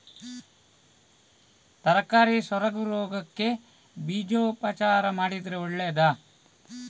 ತರಕಾರಿ ಸೊರಗು ರೋಗಕ್ಕೆ ಬೀಜೋಪಚಾರ ಮಾಡಿದ್ರೆ ಒಳ್ಳೆದಾ?